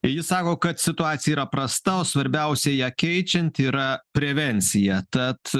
jis sako kad situacija yra prasta o svarbiausia ją keičiant yra prevencija tad